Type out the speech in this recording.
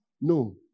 No